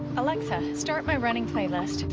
alexa, start my running playlist.